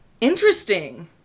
interesting